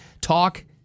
talk